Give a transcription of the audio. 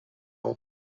temps